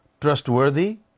trustworthy